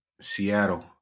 Seattle